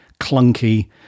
clunky